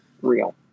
real